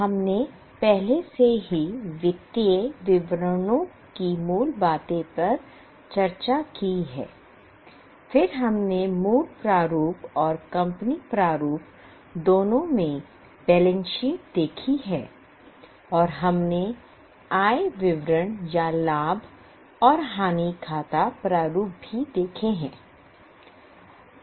हमने पहले से ही वित्तीय विवरणों की मूल बातें पर चर्चा की है फिर हमने मूल प्रारूप और कंपनी प्रारूप दोनों में बैलेंस शीट देखी है और हमने आय विवरण या लाभ और हानि खाता प्रारूप भी देखे हैं